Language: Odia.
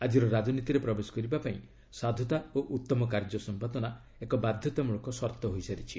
ଆଜିର ରାଜନୀତିରେ ପ୍ରବେଶ କରିବା ପାଇଁ ସାଧୁତା ଓ ଉତ୍ତମ କାର୍ଯ୍ୟ ସମ୍ପାଦନା ଏକ ବାଧ୍ୟତାମୂଳକ ସର୍ତ୍ତ ହୋଇସାରିଛି